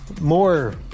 more